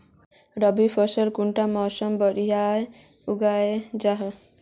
रवि फसल कुंडा मोसमोत बोई या उगाहा जाहा?